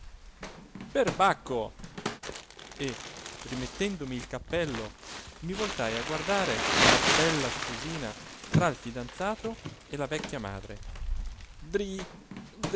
perbacco e rimettendomi il cappello mi voltai a guardare la bella sposina tra il fidanzato e la vecchia madre dri